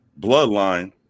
bloodline